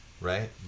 right